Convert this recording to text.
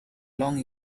long